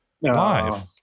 live